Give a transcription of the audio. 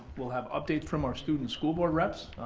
we'll have updates from our student school board reps.